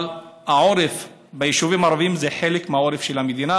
אבל העורף ביישובים הערביים זה חלק מהעורף של המדינה,